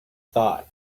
thought